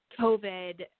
COVID